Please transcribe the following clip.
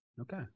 Okay